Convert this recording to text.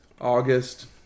August